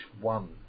one